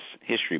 history